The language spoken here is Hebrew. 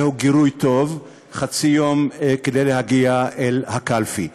זהו גירוי טוב, חצי יום כדי להגיע לקלפי.